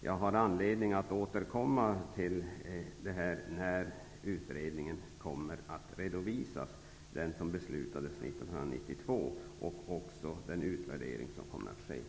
Jag har anledning att återkomma till denna fråga när resultatet av den utredning som beslutades 1992 redovisats och när utvärderingen är klar.